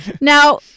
Now